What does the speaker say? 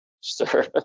Sure